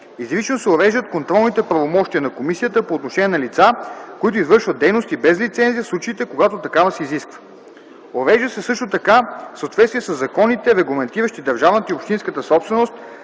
Изрично се уреждат контролните правомощия на комисията по отношение на лица, които извършват дейности без лицензия, в случаите, когато такава се изисква. Урежда се също така, в съответствие със законите, регламентиращи държавната и общинската собственост,